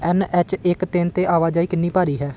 N H ਤਿੰਨ ਇੱਕ 'ਤੇ ਆਵਾਜਾਈ ਕਿੰਨੀ ਭਾਰੀ ਹੈ